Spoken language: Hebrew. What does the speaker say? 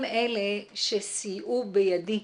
הם אלה שסייעו בידי.